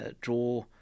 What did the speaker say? draw